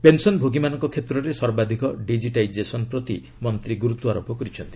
ପେନ୍ସନ୍ଭୋଗୀମାନଙ୍କ କ୍ଷେତ୍ରରେ ସର୍ବାଧିକ ଡିଜିଟାଇଜେସନ୍ ପ୍ରତି ମନ୍ତ୍ରୀ ଗୁରୁତ୍ୱାରୋପ କରିଛନ୍ତି